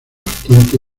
bastante